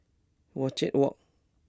Wajek Walk